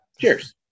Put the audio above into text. Cheers